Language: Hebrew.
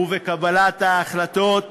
ובקבלת ההחלטות